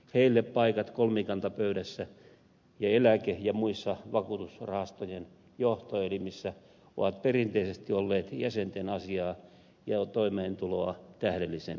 heille paikat kolmikantapöydässä ja eläke ja muissa vakuutusrahastojen johtoelimissä ovat perinteisesti olleet jäsenten asiaa ja toimeentuloa tähdellisempiä